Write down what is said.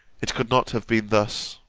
it could not have been thus.